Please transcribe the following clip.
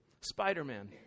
Spider-Man